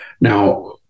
Now